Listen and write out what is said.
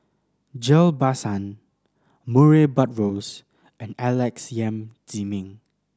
Ghillie Basan Murray Buttrose and Alex Yam Ziming